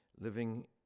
living